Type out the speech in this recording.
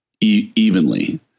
evenly